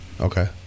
Okay